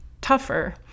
tougher